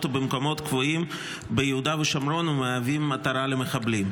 ובמקומות קבועים ביהודה ושומרון ומהווים מטרה למחבלים.